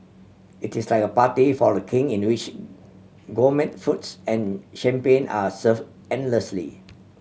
it is like a party for The King in no which gourmet foods and champagne are serve endlessly